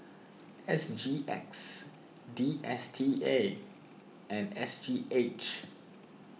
S G X D S T A and S G H